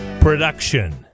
production